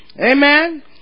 Amen